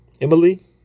Emily